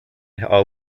are